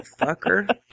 fucker